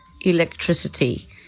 electricity